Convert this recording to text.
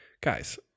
guys